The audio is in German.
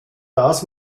das